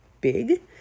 big